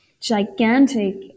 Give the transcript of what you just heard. gigantic